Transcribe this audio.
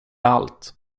allt